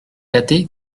gâté